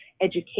education